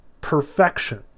perfection